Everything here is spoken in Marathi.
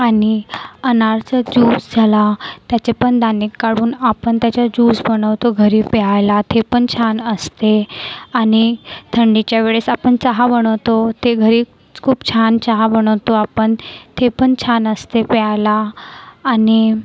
आणि अनारचं ज्यूस झाला त्याचे पण दाणे काढून आपण त्याचा ज्यूस बनवतो घरी प्यायला ते पण छान असते आणि थंडीच्या वेळेस आपण चहा बनवतो ते घरीच खूप छान चहा बनवतो आपण ते पण छान असते प्यायला आणि